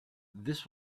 this